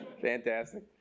fantastic